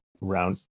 round